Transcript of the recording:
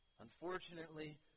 Unfortunately